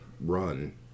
run